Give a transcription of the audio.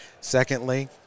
Secondly